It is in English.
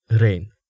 Rain